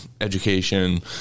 education